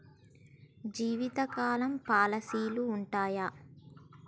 జీవితకాలం పాలసీలు ఉంటయా?